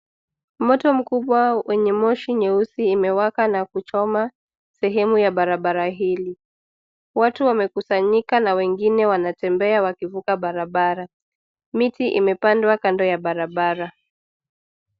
Moto mkubwa wenye moshi nyeusi imewaka na kuchoma, sehemu ya barabara hili, watu wamekusanyika na wengine wanatembea wakivuka barabara, miti imepandwa kando ya barabara.